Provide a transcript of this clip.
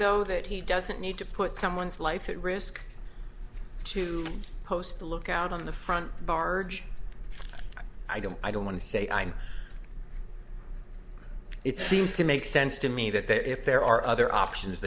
though that he doesn't need to put someone's life at risk to post a lookout on the front barge i don't i don't want to say i know it seems to make sense to me that that if there are other options